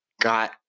got